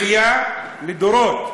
בכייה לדורות.